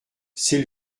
c’est